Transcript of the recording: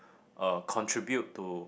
uh contribute to